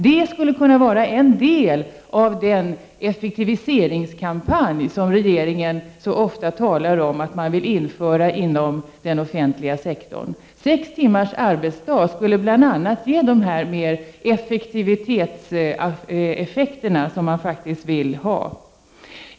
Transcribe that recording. Detta skulle vara en del av den effektiviseringskampanj som regeringen så ofta talar om att man vill genomföra inom den offentliga sektorn. Sex timmars arbetsdag skulle bl.a. ge de effektiviseringseffekter som man faktiskt vill ha.